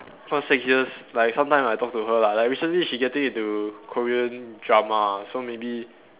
so six years like sometimes I talk to her like like recently she getting into Korean drama so maybe